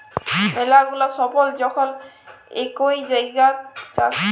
ম্যালা গুলা ফসল যখল ইকই জাগাত চাষ ক্যরে